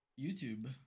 YouTube